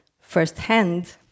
firsthand